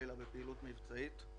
בפעילות מבצעית.